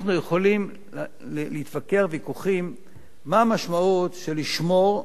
אנחנו יכולים להתווכח על מה המשמעות של לשמור,